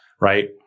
Right